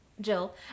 Jill